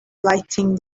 lighting